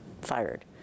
fired